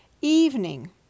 Evening